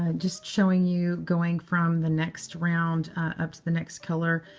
ah just showing you going from the next round up to the next color.